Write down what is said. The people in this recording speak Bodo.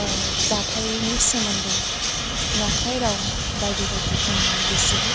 जाथायनि सोमोन्दै नंखाय राव बायदि बायदि बुंनानै बिसोरो